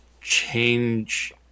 change